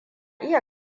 iya